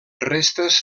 restes